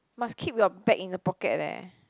must keep your bag in the pocket leh